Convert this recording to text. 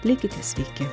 likite sveiki